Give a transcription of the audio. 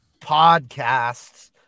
podcasts